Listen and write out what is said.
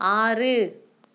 ஆறு